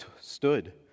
stood